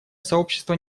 сообщество